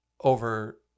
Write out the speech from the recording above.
over